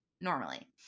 normally